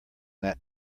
that